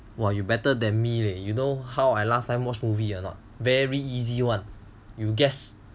!wah! you better than me leh you know how I last time watch movie or not very easy one you guess